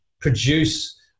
produce